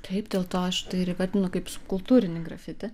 taip dėl to aš tai ir įvardinu kaip subkultūrinį grafiti